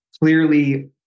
clearly